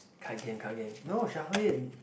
card game card game no shuffle it